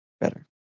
better